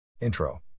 Intro